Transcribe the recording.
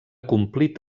complit